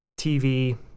tv